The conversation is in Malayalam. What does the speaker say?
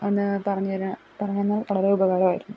ഒന്ന് പറഞ്ഞു തരാൻ പറഞ്ഞു തന്നാൽ വളരെ ഉപകാരമായിരുന്നു